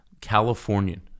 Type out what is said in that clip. Californian